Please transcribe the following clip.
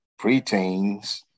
preteens